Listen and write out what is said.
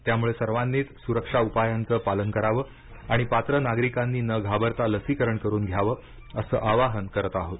त्यामुळे सर्वांनीच सुरक्षा उपायांचं पालन करावं आणि पात्र नागरिकांनी न घाबरता लसीकरण करून घ्यावं असं आवाहन करत आहोत